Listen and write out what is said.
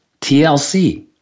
TLC